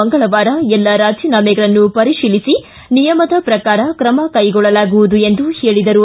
ಮಂಗಳವಾರ ಎಲ್ಲ ರಾಜೀನಾಮೆಗಳನ್ನು ಪರಿಶೀಲಿಸಿ ನಿಯಮದ ಪ್ರಕಾರ ಕ್ರಮ ಕೈಗೊಳ್ಳೆಲಾಗುವುದು ಎಂದು ಹೇಳಿದರು